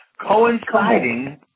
coinciding